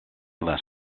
less